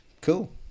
cool